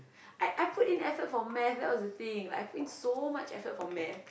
I I put in effort for math that was the thing like I put in so much effort for math